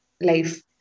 life